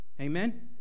Amen